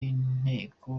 y’inteko